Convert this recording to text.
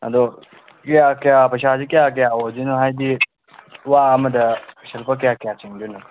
ꯑꯗꯨ ꯀꯌꯥ ꯀꯌꯥ ꯄꯩꯁꯥꯁꯦ ꯀꯌꯥ ꯀꯌꯥ ꯑꯣꯏꯒꯗꯣꯏꯅꯣ ꯍꯥꯏꯕꯗꯤ ꯋꯥ ꯑꯃꯗ ꯁꯦ ꯂꯨꯄꯥ ꯀꯌꯥ ꯀꯌꯥ ꯆꯤꯡꯒꯗꯣꯏꯅꯣ